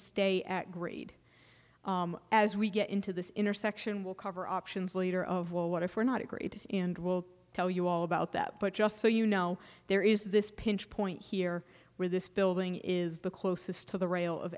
stay at grade as we get into this intersection will cover options later of well what if we're not agreed in will tell you all about that but just so you know there is this pinch point here where this building is the closest to the rail of